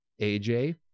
aj